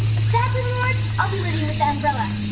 if that doesn't work, i'll be ready with the umbrella.